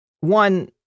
one